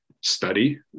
study